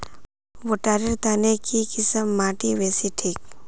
भुट्टा र तने की किसम माटी बासी ठिक?